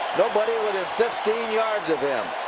nobody within fifteen yards of him.